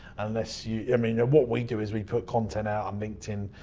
unless. yeah i mean what we do is we put content out on linkedin,